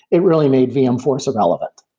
it really made vmforce irrelevant.